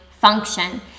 function